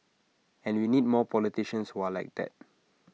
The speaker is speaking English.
and we need more politicians who are like that